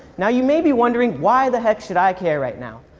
now, you may be wondering why the heck should i care right now.